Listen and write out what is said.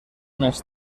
més